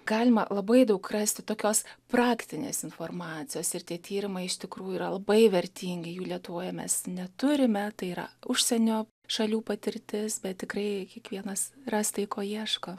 galima labai daug rasti tokios praktinės informacijos ir tie tyrimai iš tikrųjų yra labai vertingi jų lietuvoje mes neturime tai yra užsienio šalių patirtis bet tikrai kiekvienas ras tai ko ieško